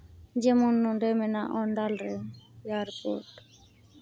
ᱡᱮᱢᱚᱱ ᱱᱚᱸᱰᱮ ᱢᱮᱱᱟᱜ ᱚᱱᱰᱟᱞ ᱨᱮ ᱮᱭᱟᱨᱯᱳᱨᱴ